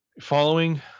Following